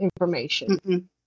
information